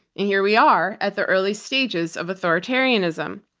and here we are at the early stages of authoritarianism.